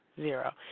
zero